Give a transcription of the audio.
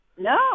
No